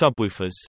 subwoofers